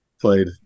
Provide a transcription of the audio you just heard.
Played